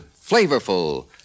flavorful